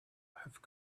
have